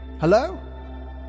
Hello